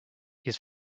his